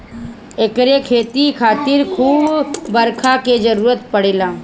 एकरी खेती खातिर खूब बरखा के जरुरत पड़ेला